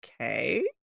okay